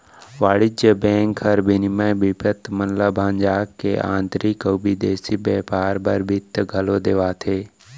वाणिज्य बेंक हर विनिमय बिपत मन ल भंजा के आंतरिक अउ बिदेसी बैयपार बर बित्त घलौ देवाथे